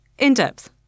In-depth